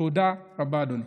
תודה רבה, אדוני.